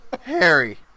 Harry